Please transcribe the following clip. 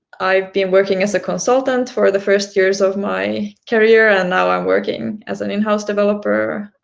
i've been working as a consultant for the first years of my career, and now i'm working as an in-house developer,